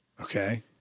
Okay